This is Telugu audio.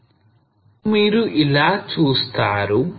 Topography ను మీరు ఇలా చూస్తారు